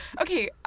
Okay